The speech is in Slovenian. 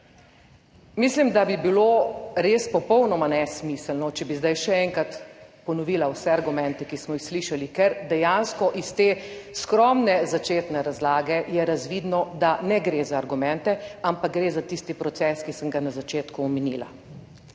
Mislim, da bi bilo res popolnoma nesmiselno, če bi zdaj še enkrat ponovila vse argumente, ki smo jih slišali, ker dejansko iz te skromne začetne razlage **125. TRAK: (ŠZ) – 19.20** (nadaljevanje) je razvidno, da ne gre za argumente, ampak gre za tisti proces, ki sem ga na začetku omenila.